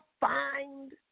find